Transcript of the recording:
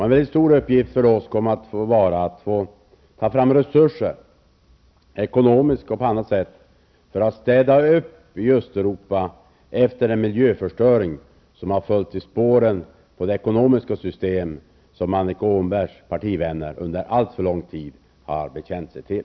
En mycket stor uppgift för oss kommer att vara att ta fram resurser, ekonomiska och andra, för att städa upp i Östeuropa efter den miljöförstöring som följt i spåren av det ekonomiska system som Annika Åhnbergs partivänner under alltför lång tid bekänt sig till.